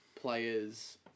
players